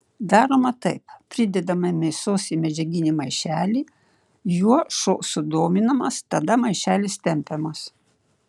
daroma taip pridedama mėsos į medžiaginį maišelį juo šuo sudominamas tada maišelis tempiamas